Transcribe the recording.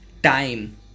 Time